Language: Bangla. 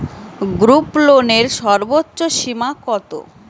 গ্রুপলোনের সর্বোচ্চ সীমা কত?